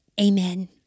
Amen